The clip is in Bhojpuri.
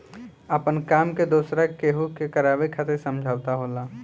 आपना काम के दोसरा केहू से करावे खातिर समझौता होला